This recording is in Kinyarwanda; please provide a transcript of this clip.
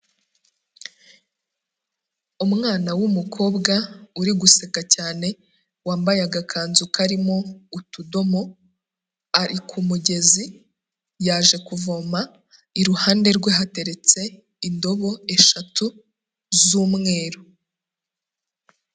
Umwana w'umukobwa uri guseka cyane wambaye agakanzu karimo utudomo, ari ku mugezi yaje kuvoma, iruhande rwe hateretse indobo eshatu z'umweru.